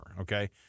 okay